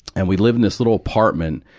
and we lived in this little apartment.